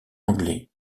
anglais